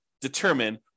determine